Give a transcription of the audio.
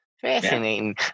Fascinating